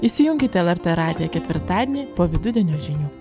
įsijunkite lrt radiją ketvirtadienį po vidudienio žinių